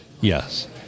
Yes